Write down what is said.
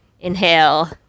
inhale